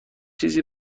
چیزی